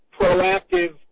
proactive